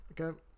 okay